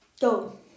Go